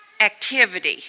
activity